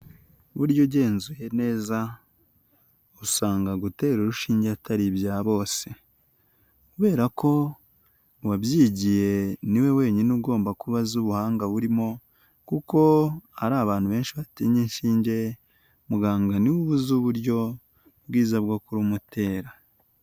Burya ugenzuye neza usanga gutera urushinge atari ibya bose, kubera ko uwabyigiye ni we wenyine ugomba kuba azi ubuhanga burimo kuko ari abantu benshi batinya inshinge muganga ni we ubu uzi uburyo bwiza bwo kurumutera.